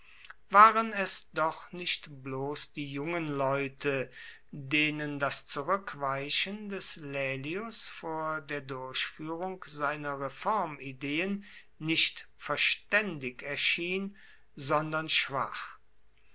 waren es doch nicht bloß die jungen leute denen das zurückweichen des laelius vor der durchführung seiner reformideen nicht verständig erschien sondern schwach